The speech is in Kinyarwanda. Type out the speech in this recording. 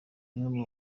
zimwe